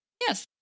Yes